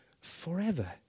forever